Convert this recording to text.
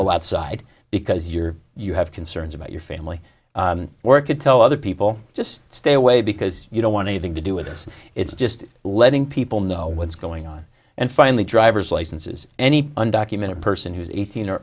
go outside because you're you have concerns about your family or can tell other people just stay away because you don't want anything to do with us it's just letting people know what's going on and finally driver's licenses any undocumented person who's eighteen or